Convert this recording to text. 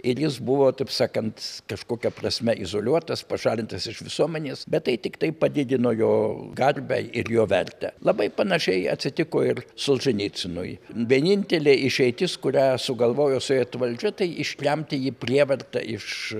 ir jis buvo taip sakant kažkokia prasme izoliuotas pašalintas iš visuomenės bet tai tiktai padidino jo garbę ir jo vertę labai panašiai atsitiko ir solženicynui vienintelė išeitis kurią sugalvojo sovietų valdžia tai ištremti jį prievarta iš